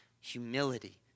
humility